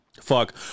Fuck